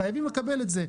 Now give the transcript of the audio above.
אנחנו חייבים לקבל את זה,